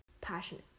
passionate